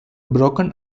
broken